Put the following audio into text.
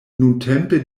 nuntempe